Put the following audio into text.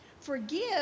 Forgive